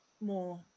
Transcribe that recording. more